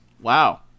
wow